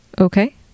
Okay